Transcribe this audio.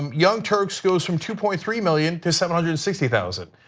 young turks goes from two point three million to seven hundred and sixty thousand.